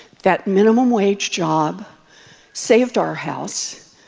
that minimum-wage job saved our house.